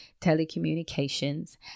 Telecommunications